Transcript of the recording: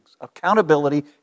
Accountability